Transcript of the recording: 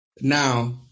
Now